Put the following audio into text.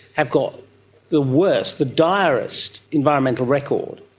have got the worst, the direst environmental record,